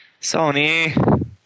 Sony